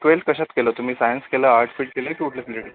twelfth कशात केलं तुम्ही सायन्स केलं आर्टस् फील्ड की कुठलं फील्ड